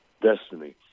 destiny